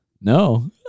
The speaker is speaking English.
No